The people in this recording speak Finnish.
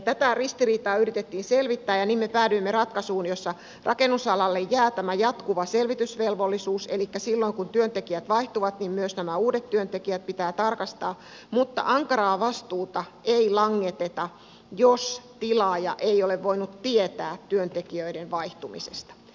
tätä ristiriitaa yritettiin selvittää ja niin me päädyimme ratkaisuun jossa rakennusalalle jää tämä jatkuva selvitysvelvollisuus elikkä silloin kun työntekijät vaihtuvat niin myös nämä uudet työntekijät pitää tarkastaa mutta ankaraa vastuuta ei langeteta jos tilaaja ei ole voinut tietää työntekijöiden vaihtumisesta